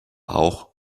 auch